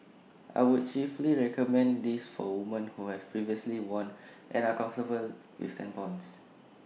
I would chiefly recommend this for women who have previously worn and are comfortable with tampons